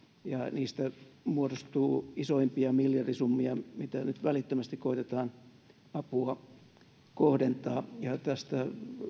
niistä muodostuu isoimpia miljardisummia millä nyt välittömästi koetetaan apua kohdentaa tästä